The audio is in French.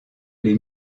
les